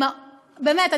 באמת,